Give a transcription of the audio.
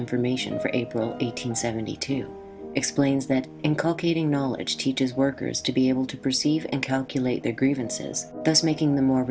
information for april eight hundred seventy two explains that incorporating knowledge teaches workers to be able to perceive and calculate their grievances thus making the more